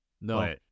No